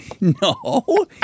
No